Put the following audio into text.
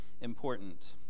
important